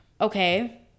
Okay